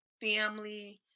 family